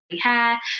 hair